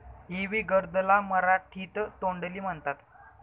इवी gourd ला मराठीत तोंडली म्हणतात